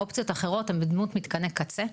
האופציות האחרות הן בשמות מתקני קצה,